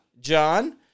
John